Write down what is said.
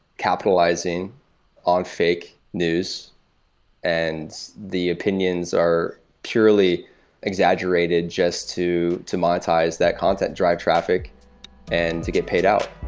capitalizing on fake news and the opinions are purely exaggerated just to to monetize that content, drive traffic and to get paid out.